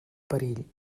perill